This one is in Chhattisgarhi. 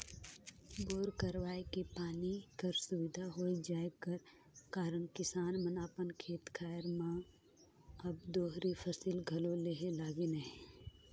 बोर करवाए के पानी कर सुबिधा होए जाए कर कारन किसान मन अपन खेत खाएर मन मे अब दोहरी फसिल घलो लेहे लगिन अहे